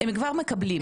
הם כבר מקבלים.